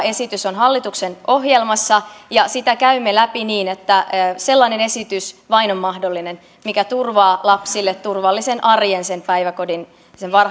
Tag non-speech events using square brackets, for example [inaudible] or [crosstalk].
[unintelligible] esitys on hallituksen ohjelmassa sitä käymme läpi niin että vain sellainen esitys on mahdollinen mikä turvaa lapsille turvallisen arjen sen päiväkodin sen